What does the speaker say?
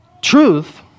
Truth